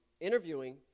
interviewing